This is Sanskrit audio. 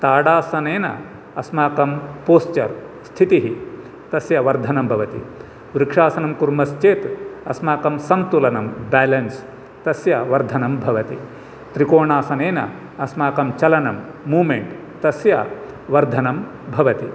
ताडासनेन अस्माकं पोस्चर् स्थितिः तस्य वर्धनं भवति वृक्षासनं कुर्मश्चेत् अस्माकं सन्तुलनं बेलन्स् तस्य वर्धनं भवति त्रिकोणासनेन अस्माकं चलनं मूमेण्ट् तस्य वर्धनं भवति